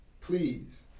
Please